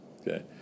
okay